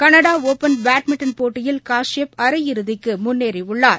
Canada Open badminton போட்டியில் கஸ்யப் அரை இறுதிக்குமுன்னேறியுள்ளார்